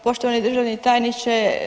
Poštovani državni tajniče.